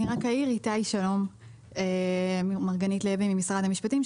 אני ממשרד המשפטים.